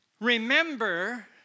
remember